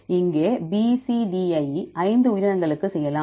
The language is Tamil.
இங்கே B C D E ஐயும் ஐந்து உயிரினங்களுக்கு செய்யலாம்